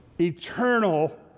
eternal